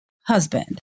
husband